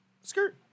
Skirt